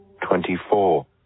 twenty-four